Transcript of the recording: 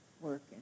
work